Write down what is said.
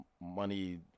money